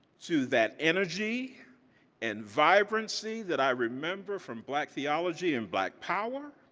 to that energy and vibrancy that i remember from black theology and black power,